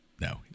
No